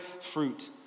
fruit